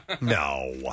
No